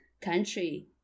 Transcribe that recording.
country